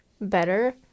better